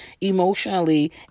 emotionally